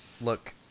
look